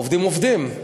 העובדים עובדים,